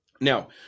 Now